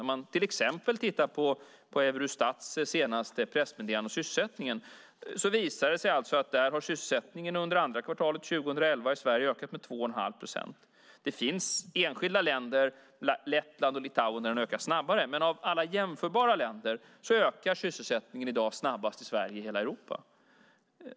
När man tittar på till exempel Eurostats senaste pressmeddelande om sysselsättningen visar det sig att sysselsättningen i Sverige under andra kvartalet 2011 har ökat med 2 1⁄2 procent. Det finns enskilda länder, Lettland och Litauen, där den ökar snabbare, men bland alla jämförbara länder ökar sysselsättningen snabbast i Sverige i hela Europa i dag.